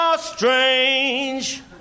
strange